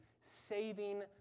saving